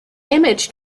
image